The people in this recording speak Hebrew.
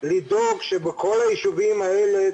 לדאוג שבכל היישובים האלה,